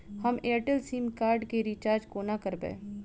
हम Airtel sim card केँ recharge कोना करबै?